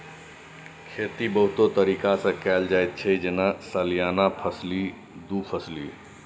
खेती बहुतो तरीका सँ कएल जाइत छै जेना सलियाना फसली, दु फसली